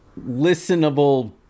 listenable